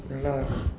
ya